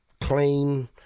clean